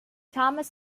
thomas